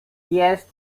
jest